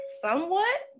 somewhat